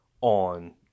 on